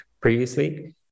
previously